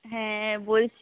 হ্যাঁ বলছি